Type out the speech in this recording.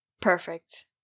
Perfect